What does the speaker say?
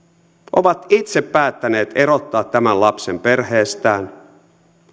ovat itse päättäneet erottaa tämän lapsen perheestään